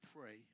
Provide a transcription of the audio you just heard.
pray